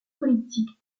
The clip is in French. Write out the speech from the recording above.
politiques